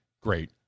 great